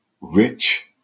rich